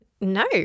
No